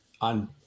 on